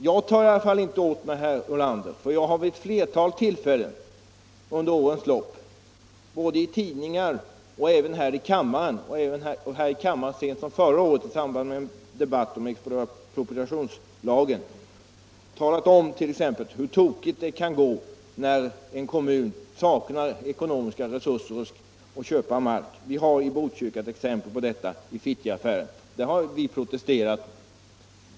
Jag tar i alla fall inte åt mig, herr Ulander, för jag har vid ett flertal tillfällen under årens lopp både i tidningar och här i kammaren — det senare så sent som förra året i samband med en debatt om expropriationslagen — talat om hur tokigt det kan gå när en kommun saknar ekonomiska resurser att köpa mark. Vi har i Botkyrka ett exempel på detta i samband med Fittjaaffären.